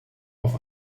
auf